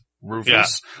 Rufus